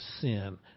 sin